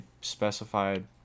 specified